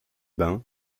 bains